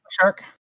shark